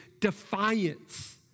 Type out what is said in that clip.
defiance